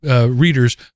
readers